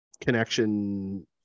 connection